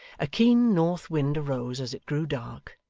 a keen north wind arose as it grew dark,